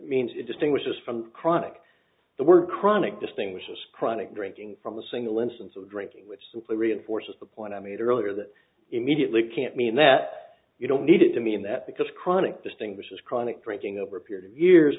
means it distinguishes from chronic the word chronic distinguishes chronic drinking from a single instance of drinking which simply reinforces the point i made earlier that immediately can't mean that you don't need it to mean that because chronic distinguishes chronic drinking over a period of years